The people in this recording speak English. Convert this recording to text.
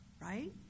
right